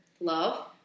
Love